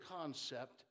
concept